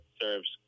serves